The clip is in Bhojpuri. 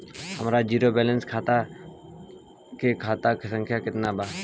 हमार जीरो बैलेंस वाला खतवा के खाता संख्या केतना बा?